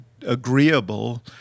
agreeable